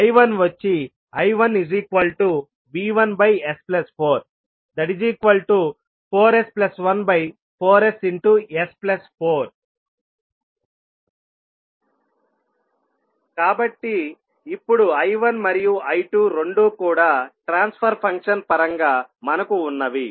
I1వచ్చి I1V1s44s14ss4 ఇప్పుడు I1 మరియు I2రెండూ కూడా ట్రాన్స్ఫర్ ఫంక్షన్ పరంగా మనకి ఉన్నవి